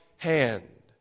hand